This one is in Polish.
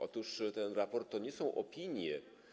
Otóż ten raport to nie są opinie.